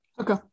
Okay